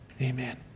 Amen